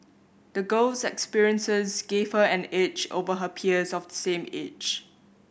the girl's experiences gave her an edge over her peers of the same age